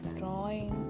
drawing